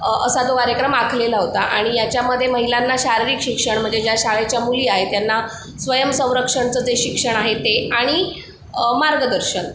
असा जो कार्यक्रम आखलेला होता आणि याच्यामध्ये महिलांना शारीरिक शिक्षण म्हणजे ज्या शाळेच्या मुली आहेत त्यांना स्वयं संरक्षणाचं जे शिक्षण आहे ते आणि मार्गदर्शन